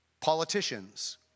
Politicians